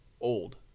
old